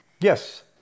Yes